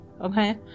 Okay